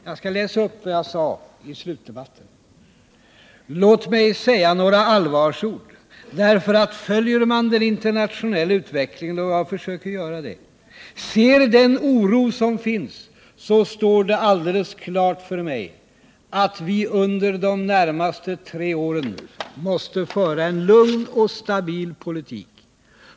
Jag skall läsa upp vad jag sade i slutdebatten i valrörelsen 1976: ”Och låt mig säga några allvarsord, därför att följer man den internationella utvecklingen, och jag försöker göra det, ser den oro som finns, så står det alldeles klart för mig att vi under de närmaste tre åren måste föra en lugn och stabil politik.